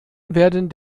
werden